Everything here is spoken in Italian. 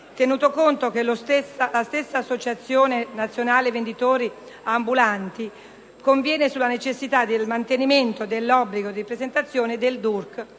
tenuto conto che la stessa Associazione nazionale venditori ambulanti (ANVA) conviene sulla necessità del mantenimento dell'obbligo di presentazione del DURC,